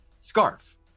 Scarf